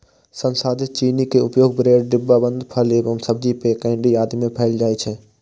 संसाधित चीनी के उपयोग ब्रेड, डिब्बाबंद फल एवं सब्जी, पेय, केंडी आदि मे कैल जाइ छै